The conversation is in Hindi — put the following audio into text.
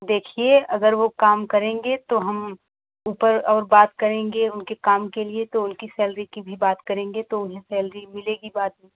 देखिए अगर वे काम करेंगे तो हम ऊपर और बात करेंगे उनके काम के लिए तो उनकी सैलरी की भी बात करेंगे तो उन्हें सैलरी मिलेगी बाद में